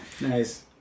nice